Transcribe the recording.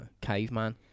caveman